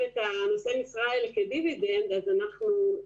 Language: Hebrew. את נושאי המשרה האלה כדיבידנד אז אין